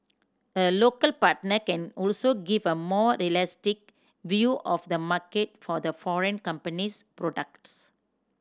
a local partner can also give a more realistic view of the market for the foreign company's products